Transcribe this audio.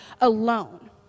alone